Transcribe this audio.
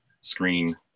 screen